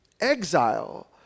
exile